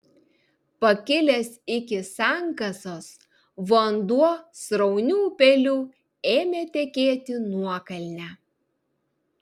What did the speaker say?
pakilęs iki sankasos vanduo srauniu upeliu ėmė tekėti nuokalne